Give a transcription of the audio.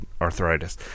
arthritis